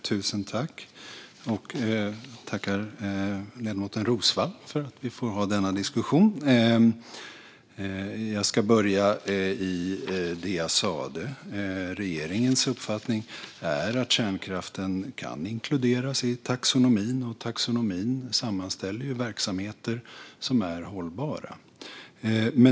Fru talman! Jag tackar ledamoten Roswall för att vi får ha denna diskussion. Jag börjar i det jag sa tidigare. Regeringens uppfattning är att kärnkraften kan inkluderas i taxonomin, och taxonomin sammanställer verksamheter som är hållbara.